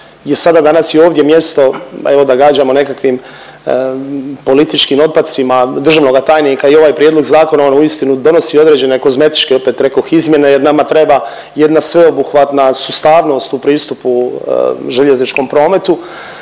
sada i danas ovdje mjesto evo da gađamo nekakvim političkim otpacima državnoga tajnika i ovaj prijedloga zakona. On uistinu donosi određene kozmetičke opet rekoh izmjene, jer nama treba jedna sveobuhvatna sustavnost u pristupu željezničkom prometu,